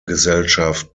gesellschaft